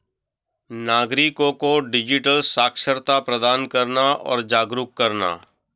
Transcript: नागरिको को डिजिटल साक्षरता प्रदान करना और जागरूक करना